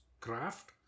craft